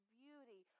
beauty